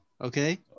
okay